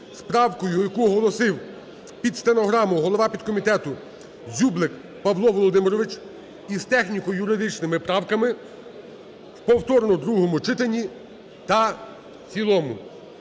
правкою, яку оголосив під стенограму голова підкомітету Дзюблик Павло Володимирович, і з техніко-юридичними правками у повторному другому читанні та в цілому.